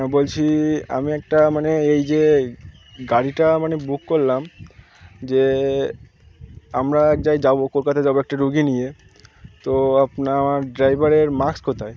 হ্যাঁ বলছি আমি একটা মানে এই যে গাড়িটা মানে বুক করলাম যে আমরা এক যায়গা যাবো কলকাতায় যাবো একটা রুগী নিয়ে তো আপনার ড্রাইভারের মাস্ক কোথায়